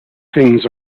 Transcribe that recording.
things